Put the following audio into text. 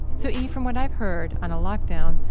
so, e, from what i've heard, on a lockdown,